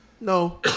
No